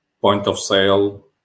point-of-sale